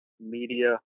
media